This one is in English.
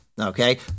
okay